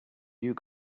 you